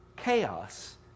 Chaos